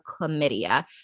chlamydia